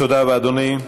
תודה רבה, אדוני.